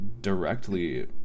directly